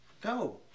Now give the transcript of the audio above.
Go